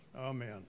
amen